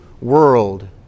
world